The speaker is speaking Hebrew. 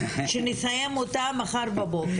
שנסיים אותה מחר בבוקר.